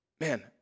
man